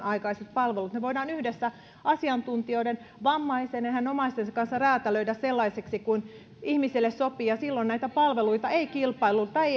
aikaiset palvelut voidaan yhdessä asiantuntijoiden vammaisen ja hänen omaistensa kanssa räätälöidä sellaisiksi kuin ihmiselle sopii ja silloin näitä palveluita ei kilpailuteta